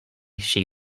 she